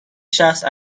شخص